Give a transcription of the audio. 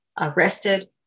arrested